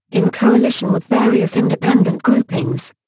in coalition with various independent groupings.